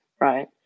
right